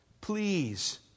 Please